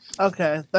Okay